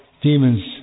demons